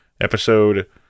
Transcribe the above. episode